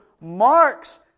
Mark's